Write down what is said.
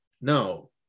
no